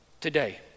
today